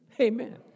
Amen